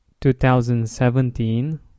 2017